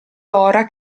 ora